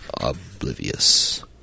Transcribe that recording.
oblivious